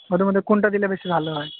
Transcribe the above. ওদের মধ্যে কোনটা দিলে বেশি ভালো হয়